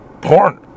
porn